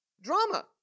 drama